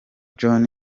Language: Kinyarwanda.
john